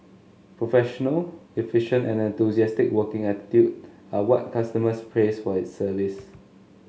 professional efficient and enthusiastic working attitude are what customers praise for its service